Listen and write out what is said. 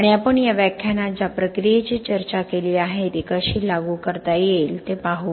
आणि आपण या व्याख्यानात ज्या प्रक्रियेची चर्चा केली आहे ती कशी लागू करता येईल ते पहा